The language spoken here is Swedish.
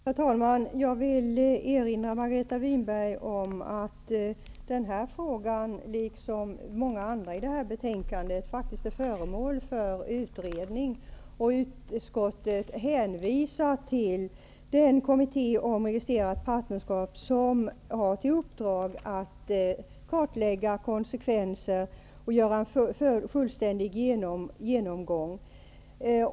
Herr talman! Jag vill erinra Margareta Winberg om att denna fråga, liksom många andra frågor i det här betänkandet, faktiskt är föremål för utredning. Utskottet hänvisar till den kommitté om registrerat partnerskap som har till uppdrag att kartlägga konsekvenser och göra en fullständig genomgång.